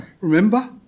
Remember